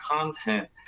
content